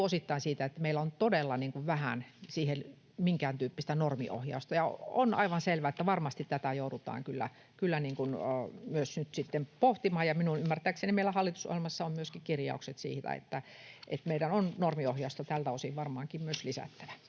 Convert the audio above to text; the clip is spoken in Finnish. osittain siitä, että meillä on siihen todella vähän minkääntyyppistä normiohjausta. On aivan selvää, että varmasti tätä myös joudutaan kyllä nyt sitten pohtimaan. Minun ymmärtääkseni meillä hallitusohjelmassa on myöskin kirjaukset siitä, että meidän on normiohjausta tältä osin varmaankin myös lisättävä.